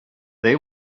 they